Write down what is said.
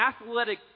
athletic